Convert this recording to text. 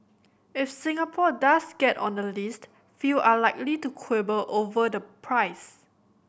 if Singapore does get on the list few are likely to quibble over the price